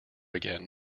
again